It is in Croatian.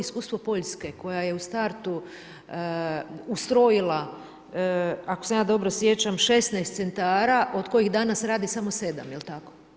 Iskustvo Poljske koja je u startu ustrojila ako se ja dobro sjećam 16 centara od kojih danas radi samo 7, je li tako?